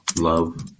love